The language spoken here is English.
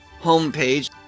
homepage